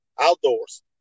Outdoors